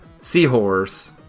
seahorse